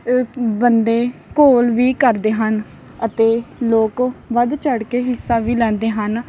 ਬੰਦੇ ਘੋਲ ਵੀ ਕਰਦੇ ਹਨ ਅਤੇ ਲੋਕ ਵੱਧ ਚੜ ਕੇ ਹਿੱਸਾ ਵੀ ਲੈਂਦੇ ਹਨ